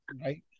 right